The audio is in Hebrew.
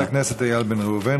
תודה רבה לחבר הכנסת איל בן ראובן.